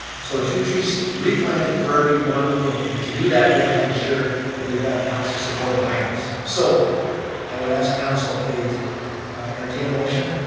so two trees replanted for every one removed. to do that we have to ensure that we've got council's support behind us, so i would ask council if they'd entertain a motion.